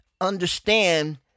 understand